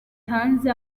hanze